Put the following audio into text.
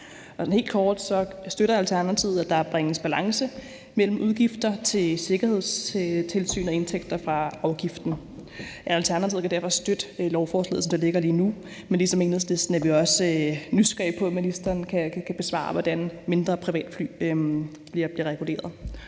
helt kort støtter Alternativet, at der bringes balance mellem udgifter til sikkerhedstilsyn og indtægter fra afgiften. Alternativet kan derfor støtte lovforslaget, som det ligger lige nu, men ligesom Enhedslisten er vi også nysgerrige på, om ministeren kan besvare, hvordan mindre privatfly bliver reguleret.